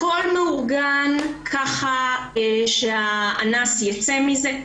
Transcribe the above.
הכול מאורגן ככה שהאנס יצא מזה,